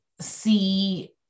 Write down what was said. see